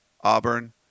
Auburn